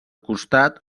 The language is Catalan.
costat